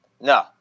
No